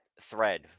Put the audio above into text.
thread